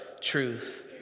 truth